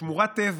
שמורת טבע,